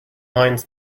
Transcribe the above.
minds